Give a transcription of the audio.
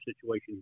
situation